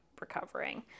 recovering